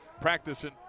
practicing